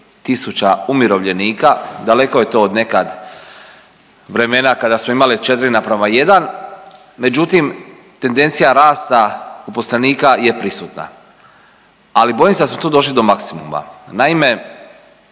tisuća umirovljenika, daleko je to od nekad vremena kada smo imali 4:1, međutim tendencija rasta uposlenika je prisutna ali bojim se da smo tu došli do maksimuma. Naime,